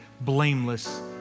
blameless